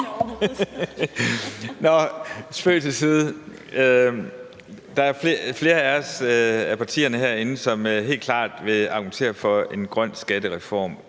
Nå, spøg til side. Der er flere af partierne herinde, som helt klart vil argumentere for en grøn skattereform,